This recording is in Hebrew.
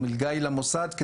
המלגה היא למוסד,